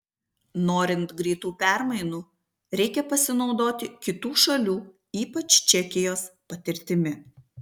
norint greitų permainų reikia pasinaudoti kitų šalių ypač čekijos patirtimi